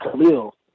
Khalil